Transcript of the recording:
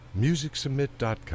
MusicSubmit.com